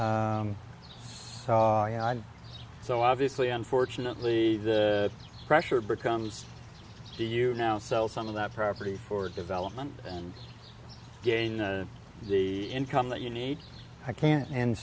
saw so obviously unfortunately the pressure becomes do you now sell some of that property for development and gain the income that you need i can't and